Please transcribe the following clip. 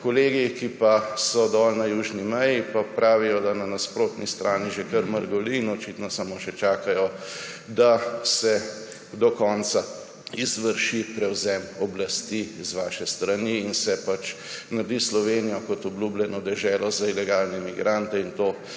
Kolegi, ki pa so dol na južni meji, pa pravijo, da na nasprotni strani že kar mrgoli in očitno samo še čakajo, da se do konca izvrši prevzem oblasti z vaše strani in se naredi Slovenijo kot obljubljeno deželo za ilegalne migrante in to,